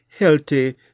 healthy